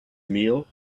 meal